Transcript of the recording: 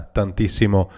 tantissimo